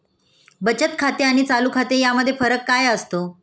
बचत खाते आणि चालू खाते यामध्ये फरक काय असतो?